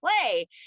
play